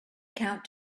count